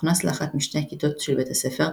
הוכנס לאחת משתי הכיתות של בית הספר,